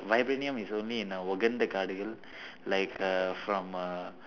vibranium is only in wakanda காடுகள்:kaadukal like uh from uh